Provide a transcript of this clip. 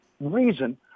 reason